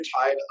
tied